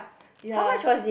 ya